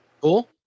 Cool